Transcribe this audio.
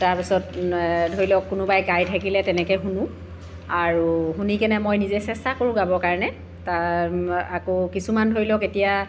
তাৰপিছত ধৰি লওক কোনোবাই গাই থাকিলে তেনেকৈ শুনো আৰু শুনি কেনে মই নিজে চেষ্টা কৰোঁ গাবৰ কাৰণে তাৰ আকৌ কিছুমান ধৰি লওক এতিয়া